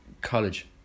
College